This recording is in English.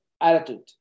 attitude